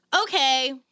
Okay